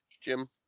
Jim